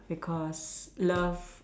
because love